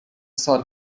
سال